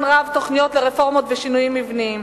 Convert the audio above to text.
רב תוכניות לרפורמות ולשינויים מבניים.